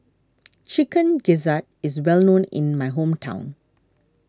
Chicken Gizzard is well known in my hometown